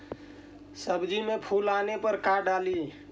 सब्जी मे फूल आने पर का डाली?